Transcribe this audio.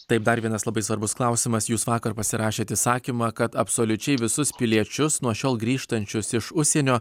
taip dar vienas labai svarbus klausimas jūs vakar pasirašėt įsakymą kad absoliučiai visus piliečius nuo šiol grįžtančius iš užsienio